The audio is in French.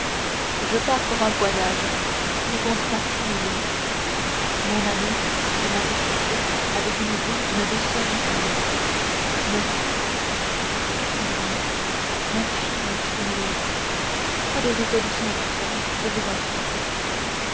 je pars pour un voyage répondit maximilien mon ami dit monte cristo avec une voix d'une douceur infinie monsieur mon ami mon cher maximilien pas de résolutions extrêmes je vous en supplie